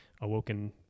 awoken